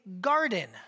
garden